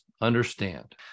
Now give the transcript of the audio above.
understand